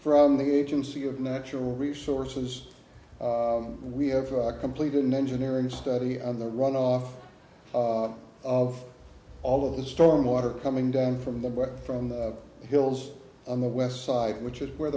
from the agency of natural resources we have completed an engineering study of the runoff of all of the storm water coming down from the butt from the hills on the west side which is where